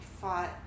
fought